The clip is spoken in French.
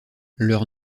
leur